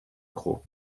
crau